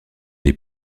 des